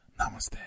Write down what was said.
Namaste